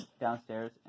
downstairs